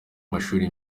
mashuri